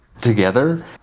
together